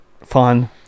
Fun